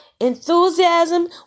enthusiasm